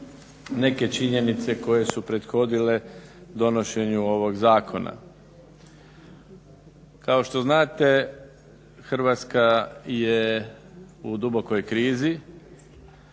neke činjenice koje su prethodile donošenju ovog zakona. Kao što znate Hrvatska u dubokoj krizi